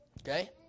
Okay